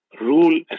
rule